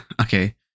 okay